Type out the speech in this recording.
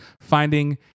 finding